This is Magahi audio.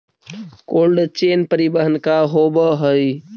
कोल्ड चेन परिवहन का होव हइ?